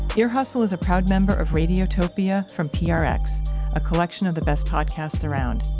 ear hustle is a proud member of radiotopia from prx, a collection of the best podcasts around.